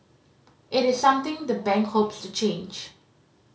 it is something the bank hopes to change